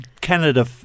Canada